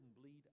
bleed